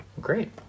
Great